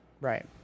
Right